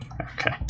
Okay